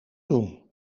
doen